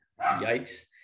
Yikes